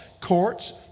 courts